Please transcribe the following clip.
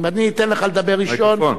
אם אני אתן לך לדבר ראשון,